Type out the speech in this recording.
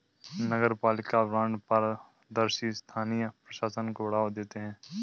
नगरपालिका बॉन्ड पारदर्शी स्थानीय प्रशासन को बढ़ावा देते हैं